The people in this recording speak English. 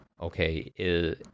okay